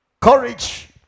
courage